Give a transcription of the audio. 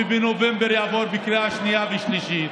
ובנובמבר יעבור בקריאה שנייה ושלישית,